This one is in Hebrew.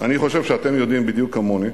אני חושב שאתם יודעים בדיוק כמוני